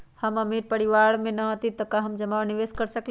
हम अमीर परिवार से न हती त का हम जमा और निवेस कर सकली ह?